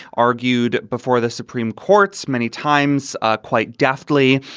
argued before the supreme courts many times ah quite deftly.